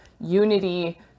unity